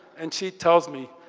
and she tells me,